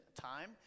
time